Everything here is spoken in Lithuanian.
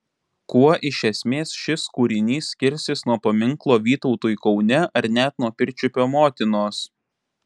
kuo iš esmės šis kūrinys skirsis nuo paminklo vytautui kaune ar net nuo pirčiupio motinos